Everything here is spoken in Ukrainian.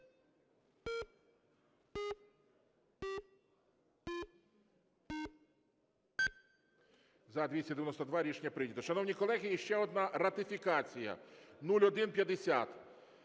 За-292 Рішення прийнято. Шановні колеги, ще одна ратифікація 0150,